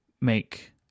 make